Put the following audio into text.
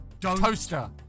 Toaster